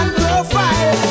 profile